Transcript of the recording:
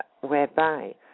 Whereby